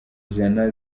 ijana